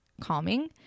calming